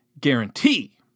guarantee